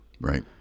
Right